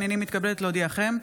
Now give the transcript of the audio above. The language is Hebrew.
הינני מתכבדת להודיעכם,